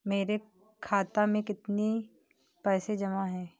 मेरे खाता में कितनी पैसे जमा हैं?